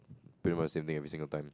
pay must in every single time